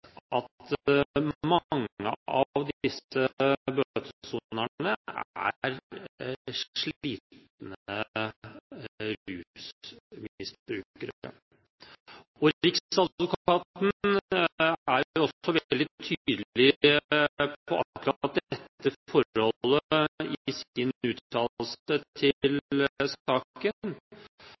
at mange av disse bøtesonerne er slitne rusmisbrukere. Riksadvokaten er også veldig tydelig på akkurat dette i sin uttalelse til saken,